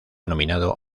nominado